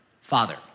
Father